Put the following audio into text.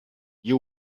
you